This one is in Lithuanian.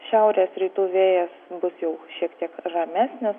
šiaurės rytų vėjas bus jau šiek tiek ramesnis